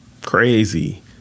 Crazy